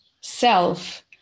self